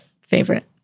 favorite